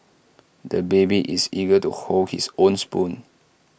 the baby is eager to hold his own spoon